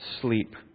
sleep